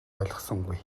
ойлгосонгүй